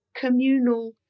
communal